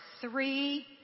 three